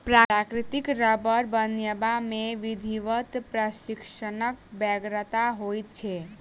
प्राकृतिक रबर बनयबा मे विधिवत प्रशिक्षणक बेगरता होइत छै